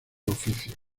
oficios